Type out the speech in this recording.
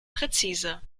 präzise